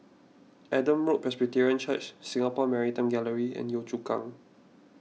Adam Road Presbyterian Church Singapore Maritime Gallery and Yio Chu Kang